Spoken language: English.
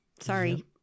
Sorry